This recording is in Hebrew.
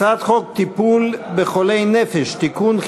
הצעת חוק טיפול בחולי נפש (תיקון,